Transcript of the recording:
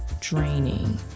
draining